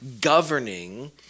governing